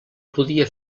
podia